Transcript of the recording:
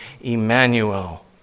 Emmanuel